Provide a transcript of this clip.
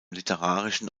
literarischen